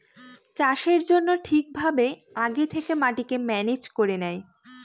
চাষের জন্য ঠিক ভাবে আগে থেকে মাটিকে ম্যানেজ করে নেয়